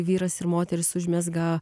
vyras ir moteris užmezga